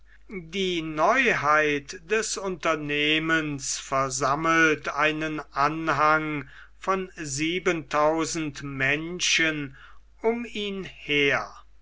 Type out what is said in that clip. die neuheit des unternehmens versammelt einen anhang von siebentausend menschen um ihn her